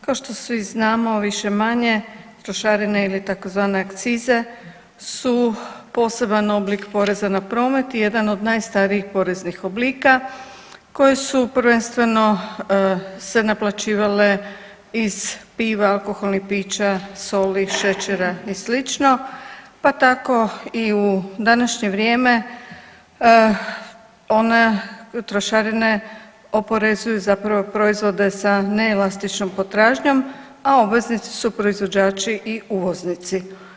Kao što svi znamo više-manje trošarine ili tzv. excise su poseban oblik poreza na promet i jedan od najstarijih poreznih oblika koje su prvenstveno se naplaćivale iz piva, alkoholnih pića, soli, šećera i slično, pa tako i u današnje vrijeme one trošarine oporezuju zapravo proizvode sa neelastičnom potražnjom, a obveznici su proizvođači i uvoznici.